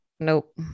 Nope